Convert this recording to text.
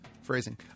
Phrasing